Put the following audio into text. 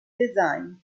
design